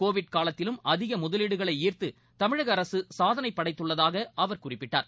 Covid காலத்திலும் அதிக முதலீடுகளை ஈர்த்து தமிழக அரசு சாதனை படைத்துள்ளதாக அவர் குறிப்பிட்டார்